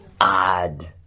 Odd